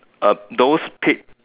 uh those paid